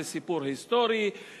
זה סיפור היסטורי,